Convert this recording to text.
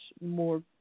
more